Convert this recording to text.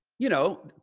you know,